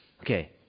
Okay